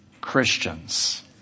Christians